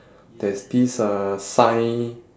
there's this uh sign